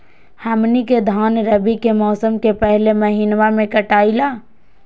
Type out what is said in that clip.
हमनी के धान रवि के मौसम के पहले महिनवा में कटाई ला